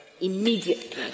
immediately